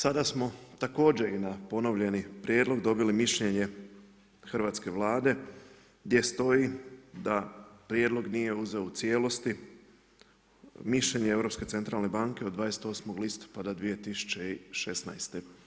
Sada smo također i na ponovljeni prijedlog dobili mišljenje Hrvatske vlade, gdje stoji da prijedlog nije uzeo u cijelosti, mišljenje od Europske centralne banke od 28.10.2016.